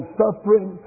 suffering